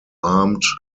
armed